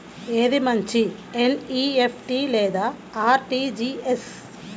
ఏది మంచి ఎన్.ఈ.ఎఫ్.టీ లేదా అర్.టీ.జీ.ఎస్?